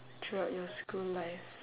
throughout your school life